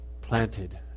planted